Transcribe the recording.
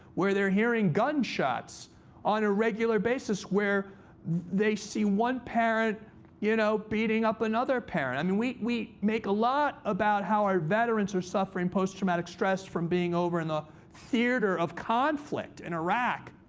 where they're hearing gunshots on a regular basis, where they see one parent you know beating up another parent. i mean, we we make a lot about how our veterans are suffering post-traumatic stress from being over in the theater of conflict in iraq.